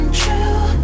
true